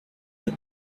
the